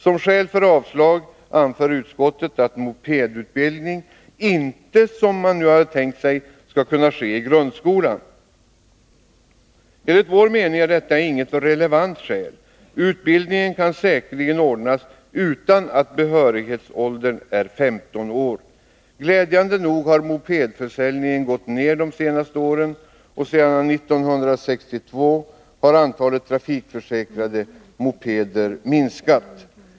Som skäl för avstyrkande anför utskottet att mopedutbildning inte, som man nu tänkt sig, skall kunna ske i grundskolan. Enligt vår mening är detta inget relevant skäl. Utbildning kan säkerligen ordnas utan att behörighetsåldern är 15 år. Glädjande nog har mopedförsäljningen gått ned de senaste åren. Sedan 1962 har antalet trafikförsäkrade mopeder minskat.